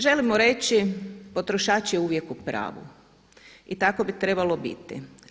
Želimo reći potrošač je uvijek u pravu i tako bi trebalo biti.